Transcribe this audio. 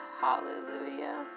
hallelujah